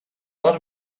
lot